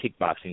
kickboxing